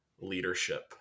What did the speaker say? leadership